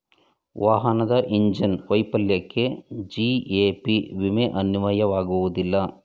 ವಾಹನದ ಇಂಜಿನ್ ವೈಫಲ್ಯಕ್ಕೆ ಜಿ.ಎ.ಪಿ ವಿಮೆ ಅನ್ವಯವಾಗುವುದಿಲ್ಲ